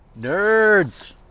Nerds